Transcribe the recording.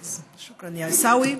שוכרן, יא עיסאווי.